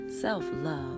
self-love